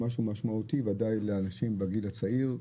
משהו משמעותי ועדיין לאנשים בגיל הצעיר,